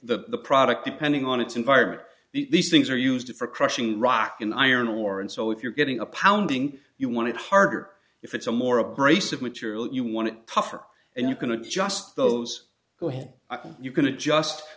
the product depending on its environment these things are used for crushing rock and iron ore and so if you're getting a pounding you want it harder if it's a more abrasive material you want to proffer and you can adjust those who have i think you can adjust